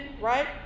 right